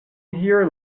here